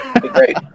Great